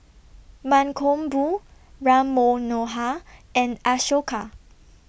Mankombu Ram Manohar and Ashoka